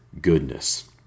goodness